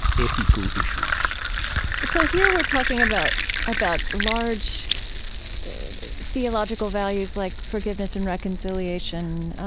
ethical issues so here we're talking about about large theological values like forgiveness and reconciliation